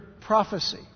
prophecy